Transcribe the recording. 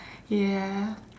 ya